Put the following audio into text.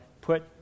put